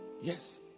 yes